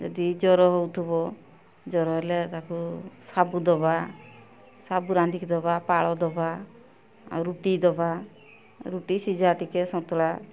ଯଦି ଜର ହେଉଥିବ ଜର ହେଲେ ତାକୁ ଶାଗୁ ଦେବା ଶାଗୁ ରାନ୍ଧିକି ଦେବା ପାଳ ଦବା ଆଉ ରୁଟି ଦେବା ରୁଟି ସିଝା ଟିକେ ସନ୍ତୁଳା